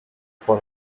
for